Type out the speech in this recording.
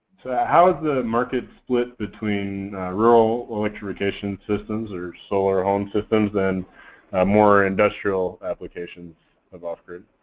how is the market split between rural electrifications systems or solar home systems and more industrial applications of off-grid?